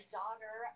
daughter